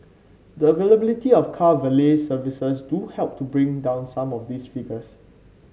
the availability of car valet services do help to bring down some of these figures